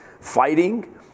fighting